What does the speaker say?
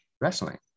wrestling